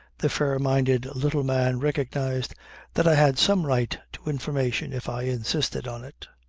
the fair-minded little man recognized that i had some right to information if i insisted on it.